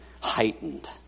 heightened